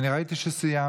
אני ראיתי שסיימת,